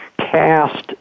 cast